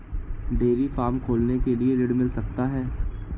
Dairy farm खोलने के लिए ऋण मिल सकता है?